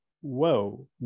Whoa